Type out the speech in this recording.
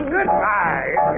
Goodbye